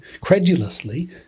credulously